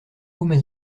mes